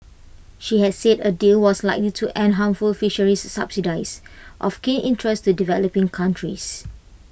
she has said A deal was likely to end harmful fisheries subsidies of keen interest to developing countries